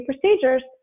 procedures